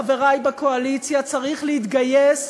חברי בקואליציה, צריך להתגייס